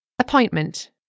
Appointment